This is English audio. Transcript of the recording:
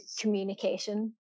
communication